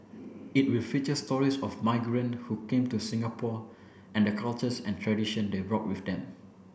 it will feature stories of migrant who came to Singapore and the cultures and tradition they brought with them